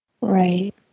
Right